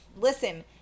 Listen